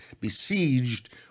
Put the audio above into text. besieged